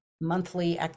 monthly